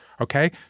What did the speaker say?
Okay